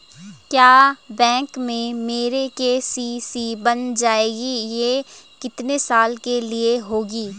क्या बैंक में मेरी के.सी.सी बन जाएगी ये कितने साल के लिए होगी?